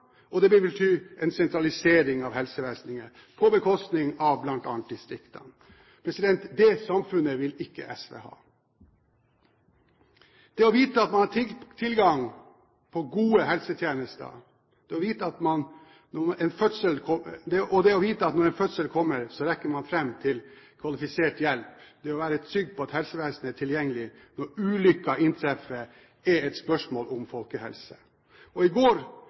og det vil bety en sentralisering av helsevesenet på bekostning av bl.a. distriktene. Det samfunnet vil ikke SV ha. Det å vite at man har tilgang på gode helsetjenester, det å vite at når en fødsel nærmer seg, rekker man fram til kvalifisert hjelp, og det å være trygg på at helsevesenet er tilgjengelig når ulykker inntreffer, er et spørsmål om folkehelse. I går